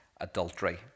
adultery